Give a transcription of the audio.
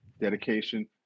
dedication